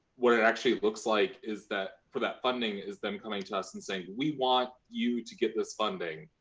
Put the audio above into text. what it actually looks like is that, for that funding, is them coming to us and saying, we want you to get this funding.